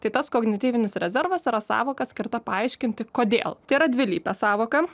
tai tas kognityvinis rezervas yra sąvoka skirta paaiškinti kodėl tai yra dvilypė sąvoka